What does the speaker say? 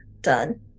Done